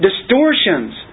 distortions